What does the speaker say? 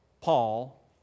Paul